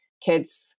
kids